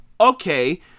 Okay